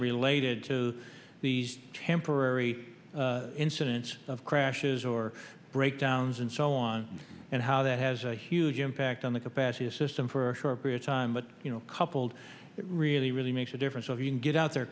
related to these temporary incidents of crashes or breakdowns and so on and how that has a huge impact on the capacity of system for a period time but you know coupled really really makes a difference if you can get out there